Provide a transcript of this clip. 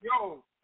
Yo